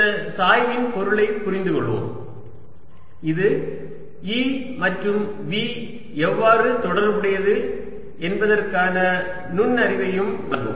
இந்த சாய்வின் பொருளைப் புரிந்துகொள்வோம் இது E மற்றும் V எவ்வாறு தொடர்புடையது என்பதற்கான நுண்ணறிவையும் வழங்கும்